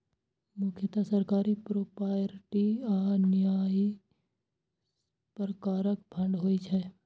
मुख्यतः सरकारी, प्रोपराइटरी आ न्यासी प्रकारक फंड होइ छै